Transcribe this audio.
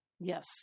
Yes